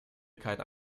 keinen